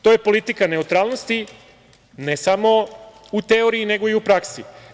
To je politika neutralnosti, ne samo u teoriji nego i u praksi.